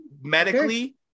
medically